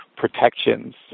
protections